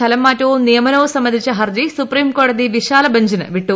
സ്ഥലമാറ്റവും നിയമനവും പ്രസംബന്ധിച്ച ഹർജി സുപ്രീംകോടതി വിശാല ബ്ബ്ചിന് വിട്ടു